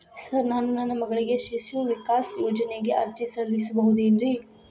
Sir ನಾನು ನನ್ನ ಮಗಳಿಗೆ ಶಿಶು ವಿಕಾಸ್ ಯೋಜನೆಗೆ ಅರ್ಜಿ ಸಲ್ಲಿಸಬಹುದೇನ್ರಿ?